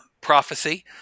prophecy